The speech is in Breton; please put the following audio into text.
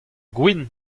gwin